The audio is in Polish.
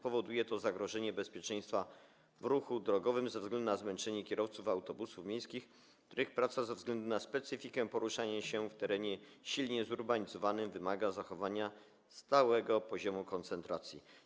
Powoduje to zagrożenie bezpieczeństwa w ruchu drogowym ze względu na zmęczenie kierowców autobusów miejskich, których praca ze względu na specyfikę poruszania się w terenie silnie zurbanizowanym wymaga zachowania stałego poziomu koncentracji.